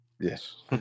yes